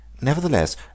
nevertheless